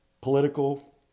political